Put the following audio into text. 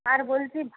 আর বলছি